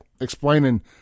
explaining